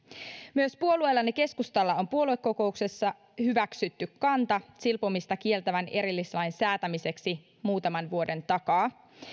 myös puolueellani keskustalla on puoluekokouksessa hyväksytty kanta silpomisen kieltävän erillislain säätämiseksi muutaman vuoden takaa